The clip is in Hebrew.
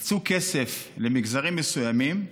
הקצו כסף למגזרים מסוימים,